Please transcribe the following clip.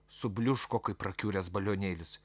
subliūško kaip prakiuręs balionėlis